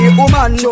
woman